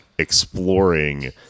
exploring